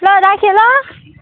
ल राखेँ ल